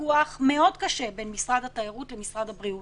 ויכוח מאוד קשה בין משרד התיירות למשרד הבריאות.